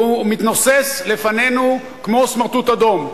והוא מתנוסס לפנינו כמו סמרטוט אדום,